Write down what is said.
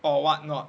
or what not